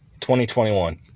2021